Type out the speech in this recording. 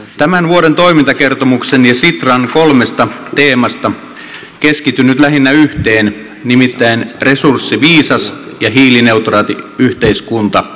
tämän vuoden toimintakertomuksen ja sitran kolmesta teemasta keskityn nyt lähinnä yhteen nimittäin resurssiviisas ja hiilineutraali yhteiskunta osioon